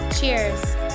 Cheers